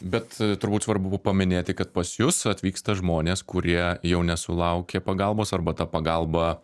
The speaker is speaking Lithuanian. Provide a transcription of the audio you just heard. bet turbūt svarbu paminėti kad pas jus atvyksta žmonės kurie jau nesulaukė pagalbos arba ta pagalba